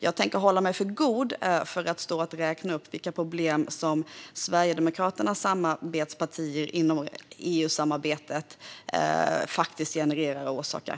Jag tänker hålla mig för god för att stå och räkna upp vilka problem som Sverigedemokraternas samarbetspartier i EU genererar och orsakar.